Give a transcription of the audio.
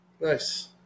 Nice